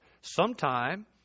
Sometime